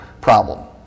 problem